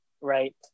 right